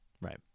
Right